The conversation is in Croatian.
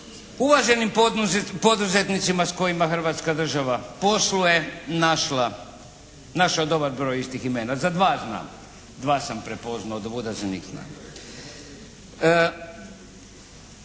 uvaženim poduzetnicima s kojima Hrvatska država posluje, našao dobar broj istih imena. Za dva znam. Dva sam prepoznao od ovuda, za